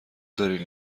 دارین